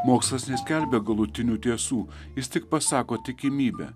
mokslas neskelbia galutinių tiesų jis tik pasako tikimybę